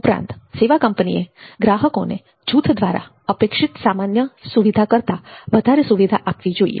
ઉપરાંત સેવા કંપનીએ ગ્રાહકોને આ જૂથ દ્વારા અપેક્ષિત સામાન્ય સુવિધા કરતા વધારે સુવિધા આપવી જોઈએ